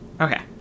Okay